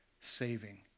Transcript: saving